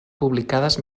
publicades